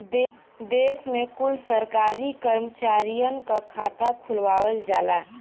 देश के कुल सरकारी करमचारियन क खाता खुलवावल जाला